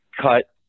cut